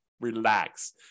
relax